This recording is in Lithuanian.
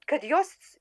kad jos